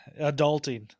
Adulting